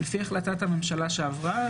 לפי החלטת הממשלה שעברה,